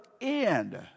end